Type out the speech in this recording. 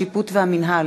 השיפוט והמינהל)